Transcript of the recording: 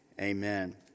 amen